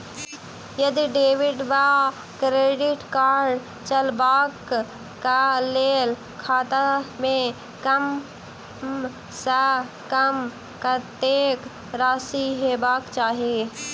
यदि डेबिट वा credit card चलबाक कऽ लेल खाता मे कम सऽ कम कत्तेक राशि हेबाक चाहि?